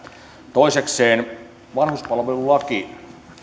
toisekseen vanhuspalvelulain